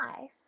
life